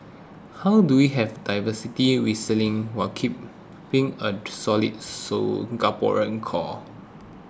how do we have diversity whistling while keeping a solid Singaporean core